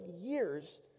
years